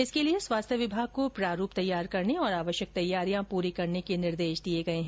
इसके लिए स्वास्थ्य विभाग को प्रारूप तैयार करने और आवश्यक तैयारियां पूरी करने के निर्देश दिए गए हैं